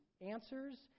answers